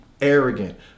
arrogant